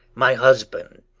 my husband,